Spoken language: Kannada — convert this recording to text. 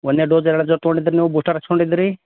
ಒಂದನೇ ಡೋಸ್ ಎರಡನೇ ಡೋಸ್ ತೊಗೊಂಡಿದ್ದೀರಿ ನೀವು ಬೂಸ್ಟರ್ ಹಾಕ್ಸೊಂಡಿದ್ದಿರಿ